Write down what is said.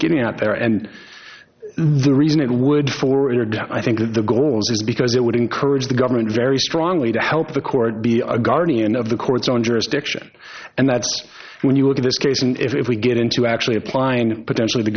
getting out there and the reason it would forward i think of the goals is because it would encourage the government very strongly to help the court be a guardian of the court's own jurisdiction and that's when you look at this case and if we get into actually applying potentially the